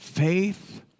Faith